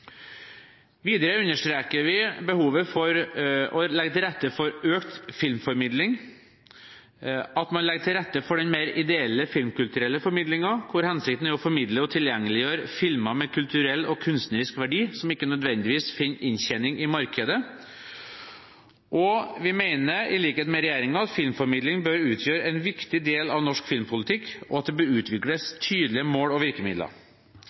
Videre understreker vi behovet for å legge til rette for økt filmformidling, at man legger til rette for den mer ideelle filmkulturelle formidlingen, hvor hensikten er å formidle og tilgjengeliggjøre filmer med kulturell og kunstnerisk verdi som ikke nødvendigvis finner inntjening i markedet. Vi mener, i likhet med regjeringen, at filmformidling bør utgjøre en viktig del av norsk filmpolitikk, og at det bør utvikles tydelige mål og virkemidler.